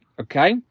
okay